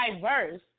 diverse